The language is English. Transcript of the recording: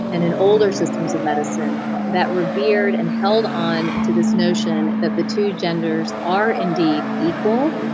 and in older systems of medicine that revered and held on to this notion that the two genders are indeed equal,